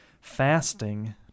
fasting